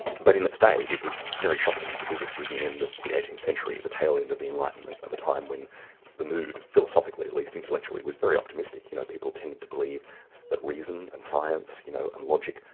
but in its day, it was very shocking, because this was the end of the eighteenth century, the tail-end of the enlightenment of a time when the mood philosophically, at least intellectually, as very optimistic, you know people tended to believe that reasoning and science you know and logic,